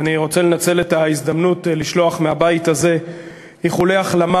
אני רוצה לנצל את ההזדמנות ולשלוח מהבית הזה איחולי החלמה